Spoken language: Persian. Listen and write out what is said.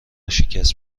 شکست